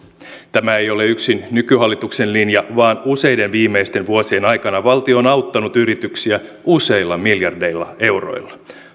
tämä ei ole yksin nykyhallituksen linja vaan useiden viimeisten vuosien aikana valtio on auttanut yrityksiä useilla miljardeilla euroilla